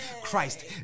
Christ